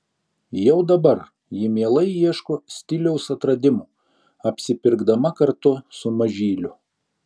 jau dabar ji mielai ieško stiliaus atradimų apsipirkdama kartu su mažyliu